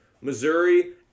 Missouri